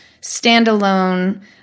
standalone